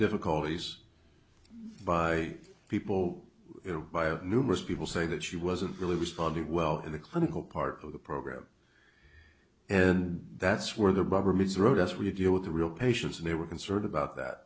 difficulties by people by a numerous people say that she wasn't really responded well in the clinical part of the program and that's where the rubber meets the road as we deal with the real patients and they were concerned about that